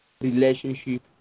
relationship